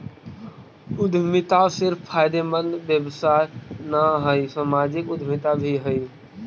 उद्यमिता सिर्फ फायदेमंद व्यवसाय न हई, सामाजिक उद्यमिता भी हई